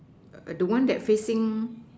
err the one that facing